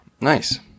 Nice